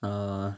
और